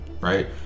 right